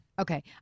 Okay